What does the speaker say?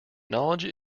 knowledge